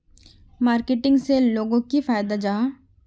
Marketing से लोगोक की फायदा जाहा?